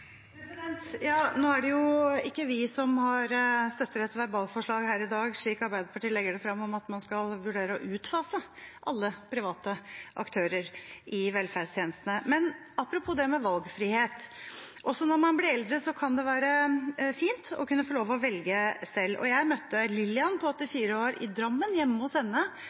Nå er det jo ikke vi som støtter et verbalforslag her i dag, slik Arbeiderpartiet legger det fram, om at man skal vurdere å utfase alle private aktører i velferdstjenestene. Men apropos det med valgfrihet – også når man blir eldre, kan det være fint å kunne få lov til å velge selv. Jeg møtte Lillian på 84 år hjemme hos henne i Drammen